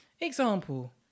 Example